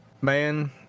man